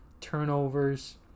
turnovers